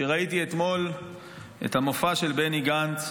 כשראיתי אתמול את המופע של בני גנץ,